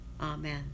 Amen